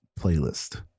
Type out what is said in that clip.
playlist